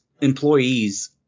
employees